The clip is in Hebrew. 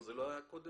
זה לא היה קודם?